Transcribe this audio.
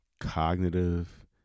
cognitive